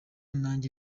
nanjye